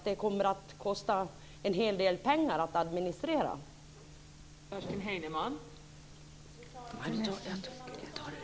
Det kommer att kosta en hel del pengar att administrera det här.